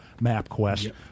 MapQuest